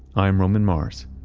i'm roman mars.